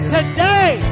Today